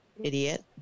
idiot